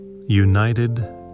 United